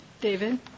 David